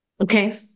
okay